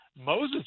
Moses